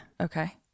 Okay